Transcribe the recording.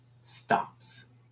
stops